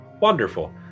Wonderful